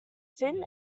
thin